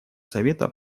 совета